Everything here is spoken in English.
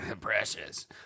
Precious